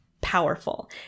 powerful